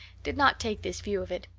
did not take this view of it.